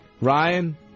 Ryan